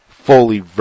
Fully